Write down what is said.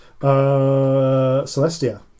Celestia